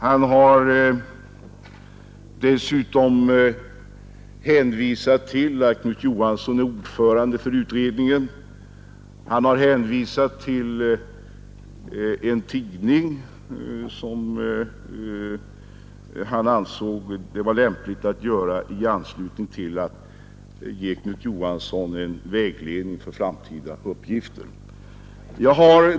Han har dessutom hänvisat till att Knut Johansson är ordförande i utredningen och citerat ur en tidning, som han ansåg vara lämplig, i avsikt att ge Knut Johansson vägledning för framtida uppgifter.